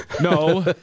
No